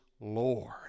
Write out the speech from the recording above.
Lord